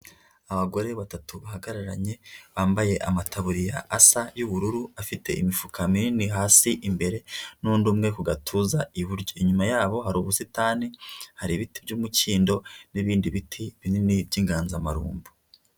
Abagore batatu bahagararanye bambaye amataburi ya asa y'ubururu afite imifuka minini hasi imbere n'undi umwe ku gatuza iburyo, inyuma yabo hari ubusitani hari ibiti by'umukindo n'ibindi biti binini by'inganzamarumbo.